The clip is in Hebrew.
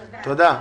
תודה.